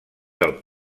del